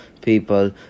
people